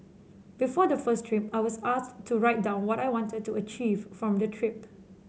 before the first trip I was asked to write down what I wanted to achieve from the trip